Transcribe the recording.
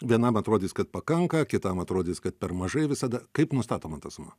vienam atrodys kad pakanka kitam atrodys kad per mažai visada kaip nustatoma ta suma